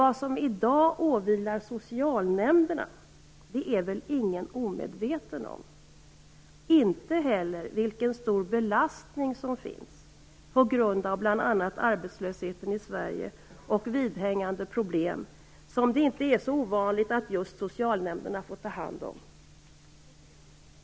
Vad som i dag åvilar socialnämnderna är väl ingen omedveten om, inte heller den stora belastning som finns på grund av bl.a. arbetslösheten i Sverige och vidhängande problem som det inte är så ovanligt att just socialnämnderna får ta hand om.